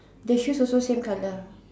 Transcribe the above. the shoes also same color